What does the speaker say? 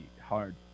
hard